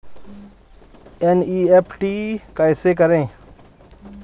NEFT कैसे करें?